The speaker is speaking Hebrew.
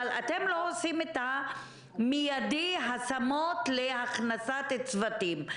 אבל אתם לא עושים את המיידי שהוא השמות להכנסת צוותים.